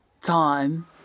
time